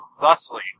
thusly